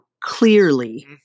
clearly